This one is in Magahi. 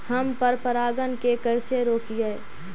हम पर परागण के कैसे रोकिअई?